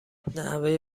نحوه